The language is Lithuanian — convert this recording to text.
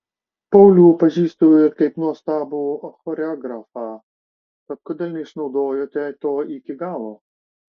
paulių pažįstu ir kaip nuostabų choreografą tad kodėl neišnaudojote to iki galo